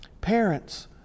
Parents